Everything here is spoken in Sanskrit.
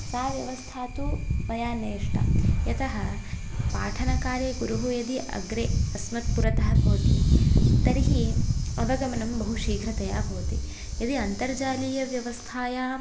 सा व्यवस्था तु मया नेष्टं यतः पाठनकाले गुरुः यदि अग्रे अस्मत्पुरतः भवति तर्हि अवगमनं बहु शीघ्रतया भवति यदि अन्तर्जालीयव्यवस्थायां